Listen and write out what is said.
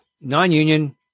non-union